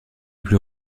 plus